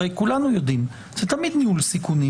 הרי כולנו יודעים שזה תמיד ניהול סיכונים